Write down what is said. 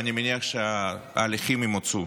ואני מניח שההליכים ימוצו.